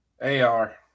AR